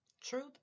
Truth